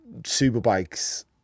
Superbikes